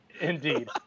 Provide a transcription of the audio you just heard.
indeed